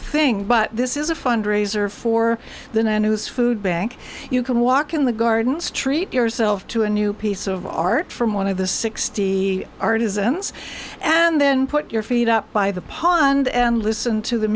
thing but this is a fundraiser for the nan whose food bank you can walk in the gardens treat yourself to a new piece of art from one of the sixty artisans and then put your feet up by the pond and listen to the